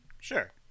sure